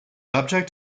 object